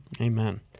Amen